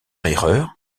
erreur